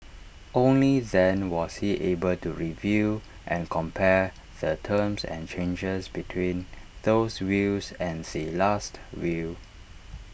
only then was he able to review and compare the terms and changes between those wills and the Last Will